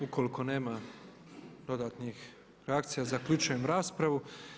Ukoliko nema dodatnih reakcija zaključujem raspravu.